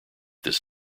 this